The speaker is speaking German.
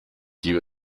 die